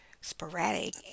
sporadic